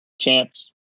champs